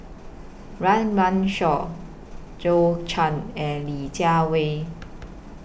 Run Run Shaw Zhou Can and Li Jiawei